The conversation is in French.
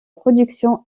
production